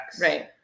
Right